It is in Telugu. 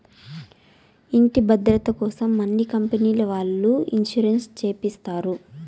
ఇంటి భద్రతకోసం అన్ని కంపెనీల వాళ్ళు ఇన్సూరెన్స్ చేపిస్తారు